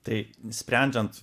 tai sprendžiant